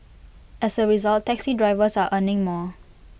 as A result taxi drivers are earning more